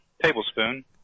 Tablespoon